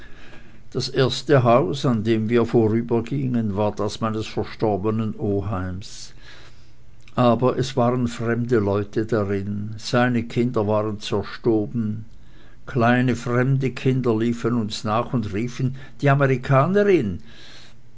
das erste haus an dem wir vorübergingen war das meines verstorbenen oheimes aber es waren fremde leute darin seine kinderwaren zerstoben kleine fremde kinder liefen uns nach und riefen die amerikanerin